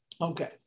Okay